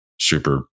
super